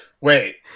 Wait